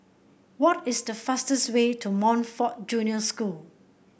what is the fastest way to Montfort Junior School